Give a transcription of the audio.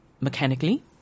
mechanically